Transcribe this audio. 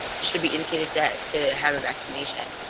should be indicated to, to have a vaccination.